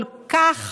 שהוא כל כך